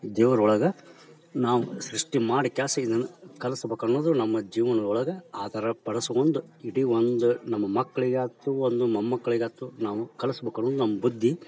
ದೇವ್ರ ಒಳಗೆ ನಾವು ಸೃಷ್ಟಿ ಮಾಡಿ ಕಳಿಸಿ ಕಳಿಸಬೇಕನ್ನೋದು ನಮ್ಮ ಜೀವನದೊಳಗೆ ಆಧಾರ ಪಡಿಸ್ಕೊಂಡು ಇಡೀ ಒಂದು ನಮ್ಮ ಮಕ್ಳಿಗಾಯ್ತು ಒಂದು ಮೊಮ್ಮಕ್ಳಿಗಾಯ್ತು ನಾವು ಕಲಿಸ್ಬೇಕು ಅನ್ನುವುದು ನಮ್ಮ ಬುದ್ಧಿ